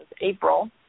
April